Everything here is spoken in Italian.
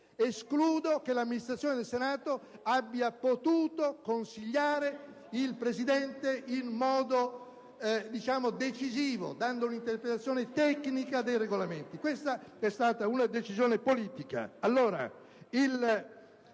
Escludo che l'amministrazione del Senato abbia potuto consigliare il Presidente in modo decisivo, dando un'interpretazione tecnica dei Regolamenti. Questa è stata una decisione politica.